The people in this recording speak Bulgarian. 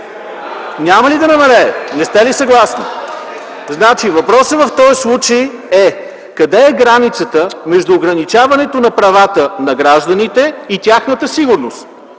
Няма ли да намалее, не сте ли съгласни?! Следователно въпросът в случая е къде е границата между ограничаването на правата на гражданите и тяхната сигурност.